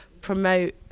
promote